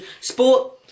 sport